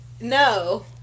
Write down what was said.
no